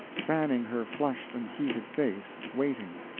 fanning her flushed and heated face, waiting.